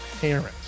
parents